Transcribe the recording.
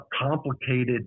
complicated